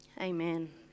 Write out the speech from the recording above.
amen